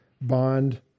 bond